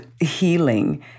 healing